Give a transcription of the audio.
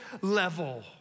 level